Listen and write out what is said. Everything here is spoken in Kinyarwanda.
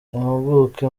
impuguke